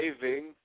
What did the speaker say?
saving